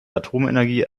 atomenergie